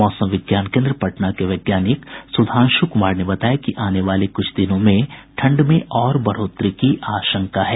मौसम विज्ञान केन्द्र पटना के वैज्ञानिक सुधांशु कुमार ने बताया कि आने वाले कुछ दिनों में ठंड में और बढ़ोतरी की आशंका है